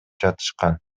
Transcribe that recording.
жатышкан